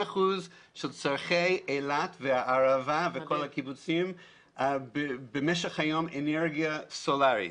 אחוזים של צורכי אילת והערבה וכל הקיבוצים עם אנרגיה סולרית.